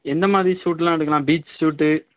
எந்த மாதிரி ஷுட்லாம் எடுக்கலாம் பீச் ஷுட்டு